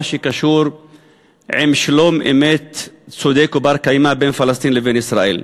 שקשור לשלום אמת צודק ובר-קיימא בין פלסטין לבין ישראל.